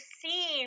see